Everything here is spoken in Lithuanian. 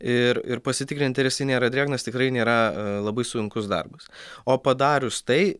ir ir pasitikrinti ar jisai nėra drėgnas tikrai nėra labai sunkus darbas o padarius tai